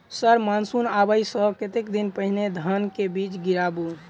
Sir monsoon आबै सऽ कतेक दिन पहिने धान केँ बीज गिराबू?